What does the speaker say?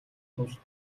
тул